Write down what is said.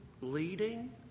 Leading